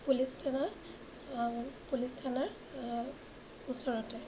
police থানা police থানাৰ ওচৰতে